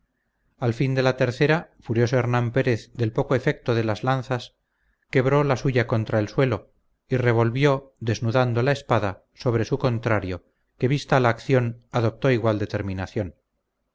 al fin de la tercera furioso hernán pérez del poco efecto de las lanzas quebró la suya contra el suelo y revolvió desnudando la espada sobre su contrario que vista la acción adoptó igual determinación